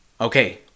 Okay